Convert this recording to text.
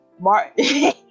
Martin